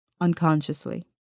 unconsciously